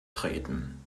treten